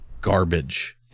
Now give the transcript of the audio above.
garbage